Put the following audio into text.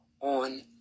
on